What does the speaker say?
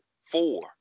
four